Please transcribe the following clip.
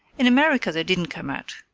in america they didn't come out.